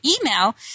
email